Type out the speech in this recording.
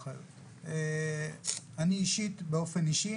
אני אעביר לך הכול אחר-כך,